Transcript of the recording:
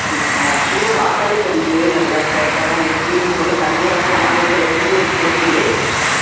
அப்படியா பூவை பார்த்தாலே தெரியுது நல்லா ஃப்ரஷ்ஷாகதான் இருக்கு நீங்கள் ஒன்றும் தண்ணியெல்லாம் தெளிச்சு வைக்கலங்கிறது எனக்கு தெரியுது